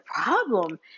problem